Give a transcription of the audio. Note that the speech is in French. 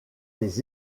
les